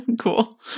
Cool